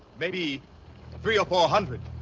maybe three or four hundred.